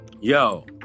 Yo